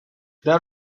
there